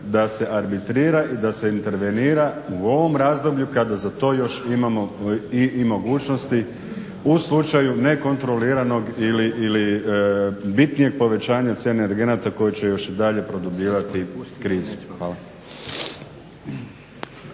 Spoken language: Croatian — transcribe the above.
da se arbitrira i da se intervenira u ovom razdoblju kada za to još imamo i mogućnosti u slučaju nekontroliranog ili bitnijeg povećanja cijene energenata koje će još i dalje produbljivati krizu. Hvala.